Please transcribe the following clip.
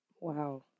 Wow